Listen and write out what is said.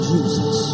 Jesus